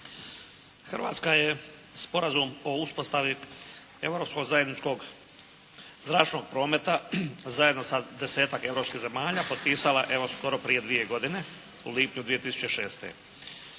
Hrvatska je Sporazum o uspostavi europskog zajedničkog zračnog prometa zajedno sa desetak europskih zemalja potpisala evo skoro prije dvije godine u lipnju 2006.